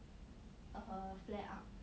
err flare up